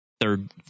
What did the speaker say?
third